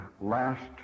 last